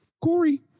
Corey